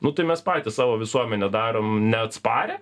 nu tai mes patys savo visuomenę darom neatsparią